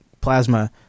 Plasma